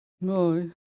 No